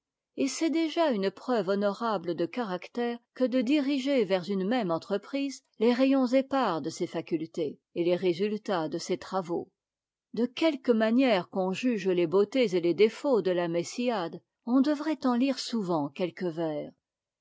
et c'est déjà une preuve honorable de caractère que de diriger vers une même entreprise les rayons épars de ses facultés et les résuitats de ses travaux de quelque manière qu'on juge les beautés et les défauts de la messiade on devrait en tire souvent quetques vers